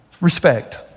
respect